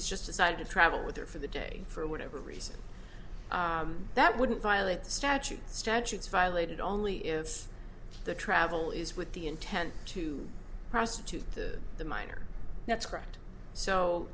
it's just decided to travel with her for the day for whatever reason that wouldn't violate the statute statutes violated only if the travel is with the intent to prostitute to the minor that's correct so